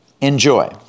Enjoy